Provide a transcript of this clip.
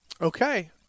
Okay